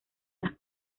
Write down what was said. las